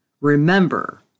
remember